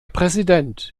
präsident